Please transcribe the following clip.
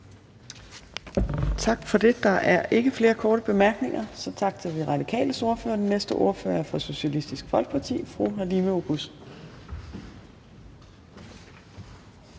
Tak for det. Der er ikke flere korte bemærkninger, så tak til De Radikales ordfører. Den næste ordfører er fra Socialistisk Folkeparti, og det er fru Halime Oguz.